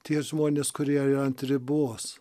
tie žmonės kurie yra ant ribos